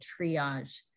triage